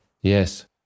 Yes